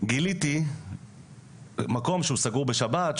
גיליתי מקום שהוא סגור בשבת,